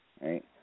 right